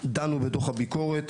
דנו בדוח הביקורת,